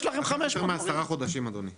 הרי